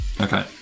Okay